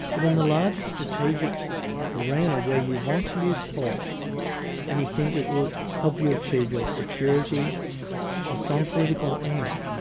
but in the larger strategic arena where you want to use force and you think it will help you achieve your security or some political end,